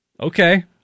Okay